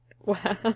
Wow